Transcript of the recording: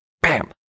bam